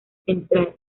central